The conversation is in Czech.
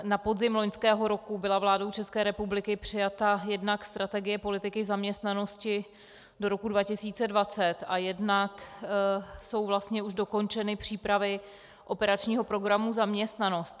Na podzim loňského roku byla vládou České republiky přijata jednak strategie politiky zaměstnanosti do roku 2020 a jednak jsou vlastně už dokončeny přípravy operačního programu Zaměstnanost.